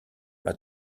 m’a